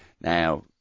now